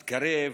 את קרב,